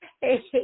hey